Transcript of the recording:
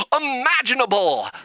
imaginable